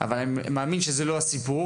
אבל אני מאמין שזה לא הסיפור,